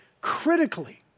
critically